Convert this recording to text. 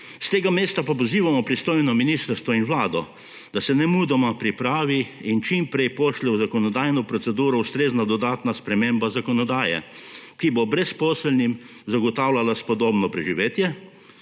S tega mesta pa pozivamo pristojno ministrstvo in Vlado, da se nemudoma pripravi in čim prej pošlje v zakonodajno proceduro ustrezna dodatna sprememba zakonodaje, ki bo brezposelnim zagotavljala spodobno preživetje,